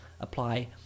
apply